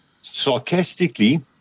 sarcastically